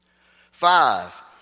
Five